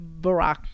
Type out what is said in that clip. Barack